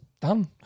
done